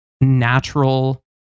natural